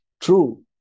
true